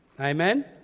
Amen